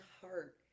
heart